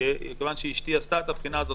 כיוון שאישתי עשתה את הבחינה הזאת,